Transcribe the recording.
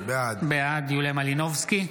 בעד יוליה מלינובסקי,